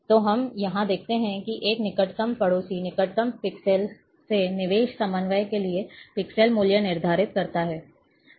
तो हम यहाँ देखते हैं कि एक निकटतम पड़ोसी निकटतम पिक्सेल से निवेश समन्वय के लिए पिक्सेल मूल्य निर्धारित करता है